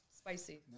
Spicy